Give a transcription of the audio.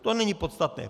To není podstatné.